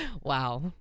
Wow